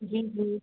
जी जी